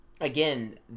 again